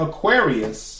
Aquarius